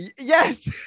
Yes